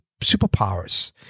superpowers